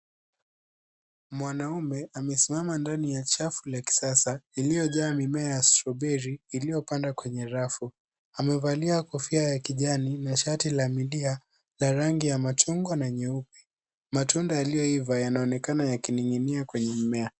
Mwanaume amesimama ndani ya chafu la kisasa, iliyojaa mimea ya strawberry , iliyopandwa kwenye rafu. Amevalia kofia ya kijani na shati la milia la rangi ya machungwa na nyeupe. Matunda yaliyoiva yanaonekana yakining'inia kwenye mmea.